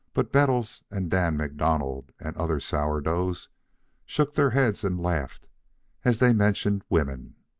but bettles and dan macdonald and other sourdoughs shook their heads and laughed as they mentioned women.